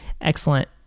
excellent